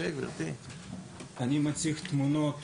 אני מציג תמונות